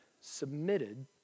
submitted